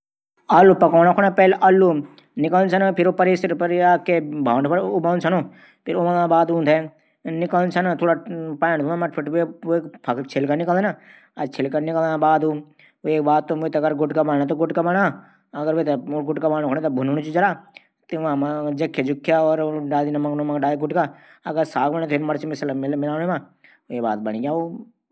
मसूर की दाल पकाणू सबसे पैली दाल भिगाण धैरी द्या फिर प्रेसर पर उज्यांण धैरी द्या ।फिर एक दुई सीटी आणी बाद। फिर प्याज टमाटर मर्च मसालों मा पकै द्या ।फिर कुछ देर दाल उबल द्यां बस बण ग्याई मसूर की दाल